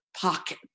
pocket